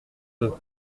deux